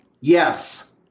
yes